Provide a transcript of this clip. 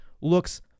looks